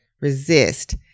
resist